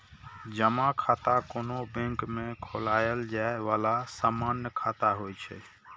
जमा खाता कोनो बैंक मे खोलाएल जाए बला सामान्य खाता होइ छै